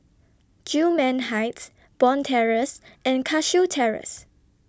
Gillman Heights Bond Terrace and Cashew Terrace